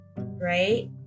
right